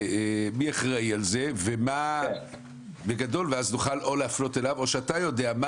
מי אחראי על זה ואז נוכל להפנות את השאלות אליו או שאתה יודע מה